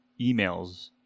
emails